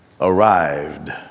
Arrived